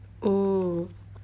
oh